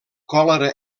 còlera